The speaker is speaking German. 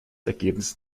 ergebnis